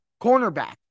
cornerback